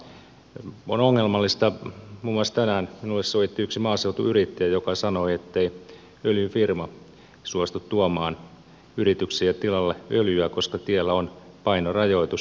muun muassa tänään minulle soitti yksi maaseutuyrittäjä joka sanoi ettei öljyfirma suostu tuomaan yritykselle tilalle öljyä koska tiellä on painorajoitus